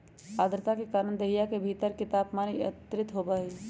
आद्रता के कारण देहिया के भीतर के तापमान नियंत्रित होबा हई